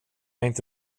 inte